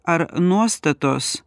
ar nuostatos